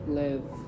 live